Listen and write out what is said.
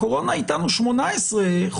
הקורונה איתנו 18 חודשים,